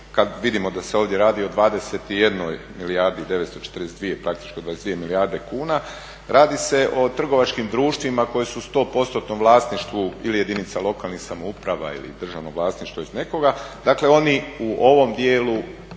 kad vidimo da se ovdje radi o 21 milijardi i 942 praktički o 22 milijarde kuna, radi se o trgovačkim društvima koji su u 100% vlasništvu ili jedinica lokalnih samouprava ili državno vlasništvo već nekoga. Dakle, oni u ovom dijelu